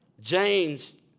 James